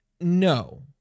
no